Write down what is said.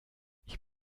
ich